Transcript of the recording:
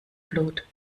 blut